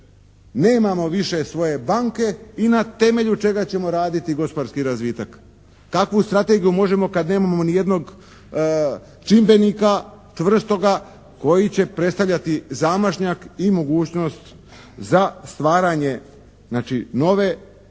Nemamo više svoje banke i na temelju čega ćemo raditi gospodarski razvitak. Kakvu strategiju možemo kad nemamo ni jednog čimbenika, čvrstoga koji će predstavljati zamašnjak i mogućnost za stvaranje znači nove